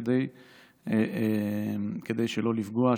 כדי לא לפגוע,